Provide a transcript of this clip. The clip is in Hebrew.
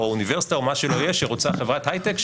או אוניברסיטה או מה שלא יהיה שרוצה חברת הייטק,